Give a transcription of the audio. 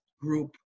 group